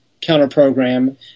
counter-program